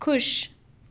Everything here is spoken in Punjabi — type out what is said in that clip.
ਖੁਸ਼